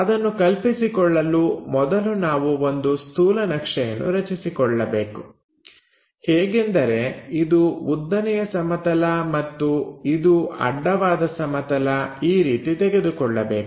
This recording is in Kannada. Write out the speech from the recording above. ಅದನ್ನು ಕಲ್ಪಿಸಿಕೊಳ್ಳಲು ಮೊದಲು ನಾವು ಒಂದು ಸ್ಥೂಲನಕ್ಷೆಯನ್ನು ರಕ್ಷಿಸಿಕೊಳ್ಳಬೇಕು ಹೇಗೆಂದರೆ ಇದು ಉದ್ದನೆಯ ಸಮತಲ ಮತ್ತು ಇದು ಅಡ್ಡವಾದ ಸಮತಲ ಈ ರೀತಿ ತೆಗೆದುಕೊಳ್ಳಬೇಕು